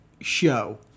show